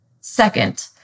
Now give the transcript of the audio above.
Second